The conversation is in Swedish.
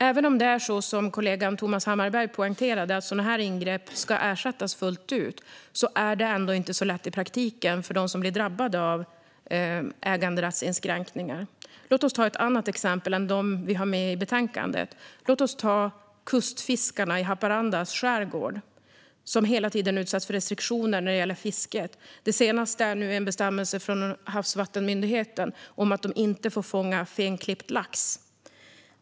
Även om det är så som kollegan Thomas Hammarberg poängterade - att sådana här ingrepp ska ersättas fullt ut - är det inte så lätt i praktiken för dem som blir drabbade av äganderättsinskränkningar. Låt oss ta ett annat exempel än dem som finns i betänkandet. Låt oss ta kustfiskarna i Haparandas skärgård, som hela tiden utsätts för restriktioner när det gäller fisket. Det senaste är en bestämmelse från Havs och vattenmyndigheten om att de inte får fånga fenklippt lax.